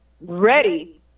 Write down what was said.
ready